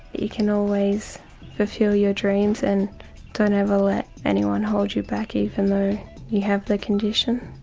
you can always fulfil your dreams and don't ever let anyone hold you back even though you have the condition.